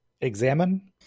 examine